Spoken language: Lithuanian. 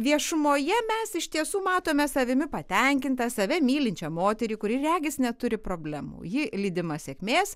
viešumoje mes iš tiesų matome savimi patenkintą save mylinčią moterį kuri regis neturi problemų ji lydima sėkmės